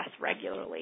regularly